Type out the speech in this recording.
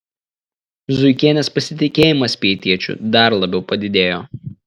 zuikienės pasitikėjimas pietiečiu dar labiau padidėjo